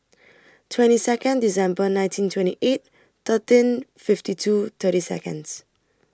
twenty Second December nineteen twenty eight thirteen fifty two thirty Seconds